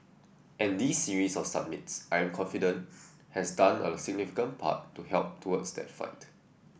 and this series of summits I'm confident has done a significant part to help towards that fight